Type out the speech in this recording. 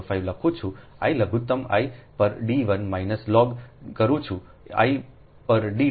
4605 લખું છું I લઘુત્તમ 1 પર d 1 માઇનસ લ logગ કરું છું 1 પર d 2 ઉપર